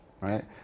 right